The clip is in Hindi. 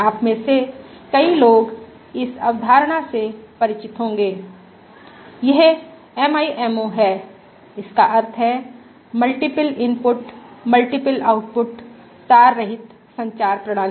आप में से कई लोग इस अवधारणा से परिचित होंगे यह MIMO है इसका अर्थ है मल्टीपल इनपुट मल्टीपल निर्गत तार रहित संचार प्रणाली